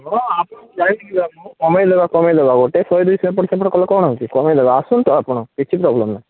ହଁ ଆପଣଙ୍କୁ ଜାଣିନିକି କମାଇଦେବା କମାଇଦେବା ଗୋଟେ ଶହେ ଦୁଇଶହ ଏପଟ ସେପଟ କଲେ କ'ଣ ହେଉଛି କମାଇଦେବା ଆସନ୍ତୁ ଆପଣ କିଛି ପ୍ରୋବ୍ଲେମ୍ ନାହିଁ